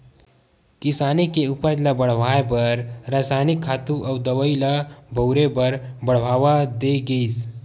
किसानी के उपज ल बड़हाए बर रसायनिक खातू अउ दवई ल बउरे बर बड़हावा दे गिस